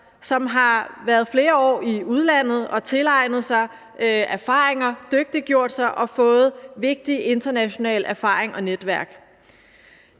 som har været flere år i udlandet og tilegnet sig erfaringer og dygtiggjort sig og fået vigtig international erfaring og netværk.